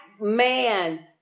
man